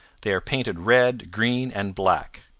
they are painted red, green, and black